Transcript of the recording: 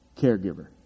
caregiver